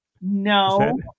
no